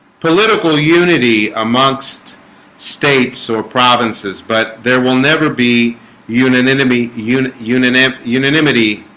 political unity amongst states or provinces, but there will never be unit enemy unit unit unanimity